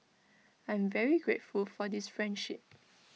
I'm very grateful for this friendship